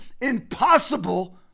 impossible